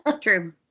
True